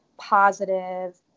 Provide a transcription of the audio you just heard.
positive